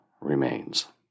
remains